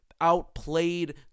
outplayed